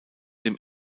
dem